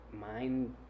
mind